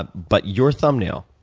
ah but your thumbnail,